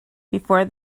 before